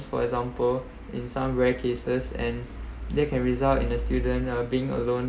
for example in some rare cases and there can result in a student uh being alone